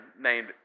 named